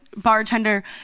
bartender